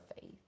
faith